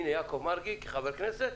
הנה, יעקב מרגי, כחבר כנסת.